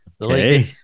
Okay